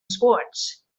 sports